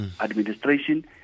administration